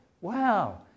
Wow